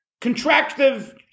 contractive